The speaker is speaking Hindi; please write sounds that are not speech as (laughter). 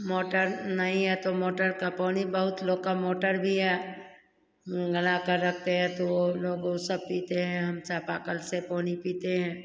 मोटर नहीं है तो मोटर का पानी बहुत लोग का मोटर भी है (unintelligible) कर रखते हैं तो वो लोग ओ सब पीते हैं हम चापाकल से पानी पीते हैं